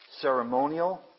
ceremonial